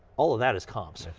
all of that is comms.